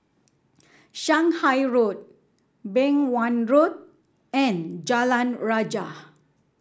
Shanghai Road Beng Wan Road and Jalan Rajah